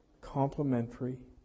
complementary